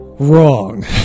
wrong